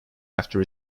after